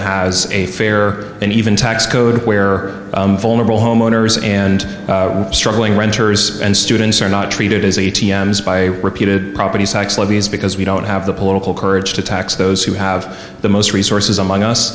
has a fair and even tax code where are vulnerable homeowners and struggling renters and students are not treated as a t m s by repeated property tax levies because we don't have the political courage to tax those who have the most resources among us